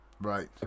Right